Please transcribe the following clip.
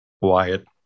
Wyatt